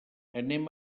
anem